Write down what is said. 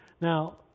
Now